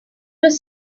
was